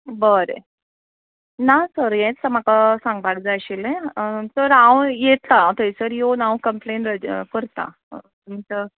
बरें ना सर हेंच म्हाका सांगपाक जाय आशिल्लें तर हांव येता थंयसर येवन हांव कंप्लेन रजि करता हय तुमचो